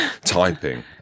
typing